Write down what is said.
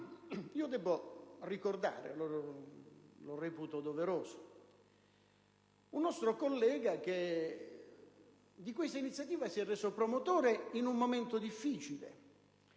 debbo ricordare, perché lo reputo doveroso, un nostro collega che di questa iniziativa si è reso promotore in un momento difficile,